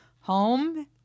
home